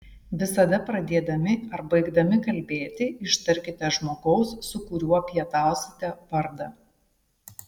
visada pradėdami ar baigdami kalbėti ištarkite žmogaus su kuriuo pietausite vardą